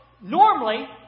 normally